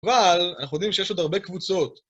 אבל, אנחנו יודעים שיש עוד הרבה קבוצות.